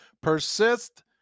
persist